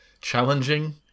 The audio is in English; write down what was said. challenging